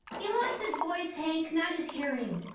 he lost his voice, hank, not his hearing.